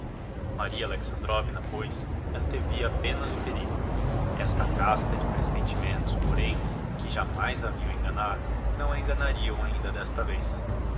mexeriqueiras maria alexandrovna pois antevia apenas o perigo esta casta de presentimentos porém que jamais a haviam enganado não a enganariam ainda d'esta vez